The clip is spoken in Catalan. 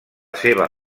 seva